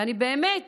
ואני באמת